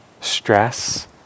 stress